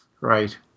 Right